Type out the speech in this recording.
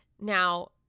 Now